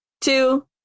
two